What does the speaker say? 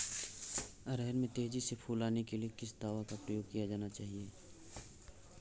अरहर में तेजी से फूल आने के लिए किस दवा का प्रयोग किया जाना चाहिए?